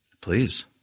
Please